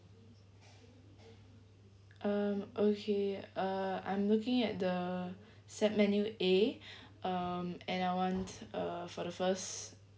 um okay uh I'm looking at the set menu A um and I want uh for the first